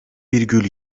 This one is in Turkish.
virgül